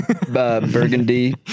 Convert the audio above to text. Burgundy